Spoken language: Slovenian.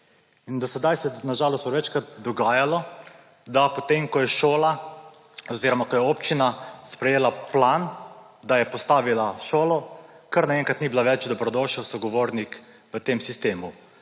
In do sedaj se je na žalost prevečkrat dogajalo, da po tem, ko je šola oziroma ko je občina sprejela plan, da je postavila šolo, kar naenkrat ni bila več dobrodošli sogovornik v tem sistemu.